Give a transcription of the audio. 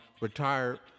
retired